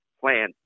Plan